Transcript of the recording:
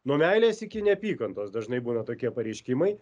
nuo meilės iki neapykantos dažnai būna tokie pareiškimai